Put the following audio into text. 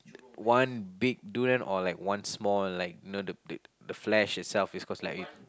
one big durian or like one small like you know the the the flesh itself is cause like